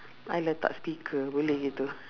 I letak speaker boleh gitu